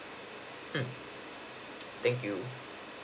mm thank you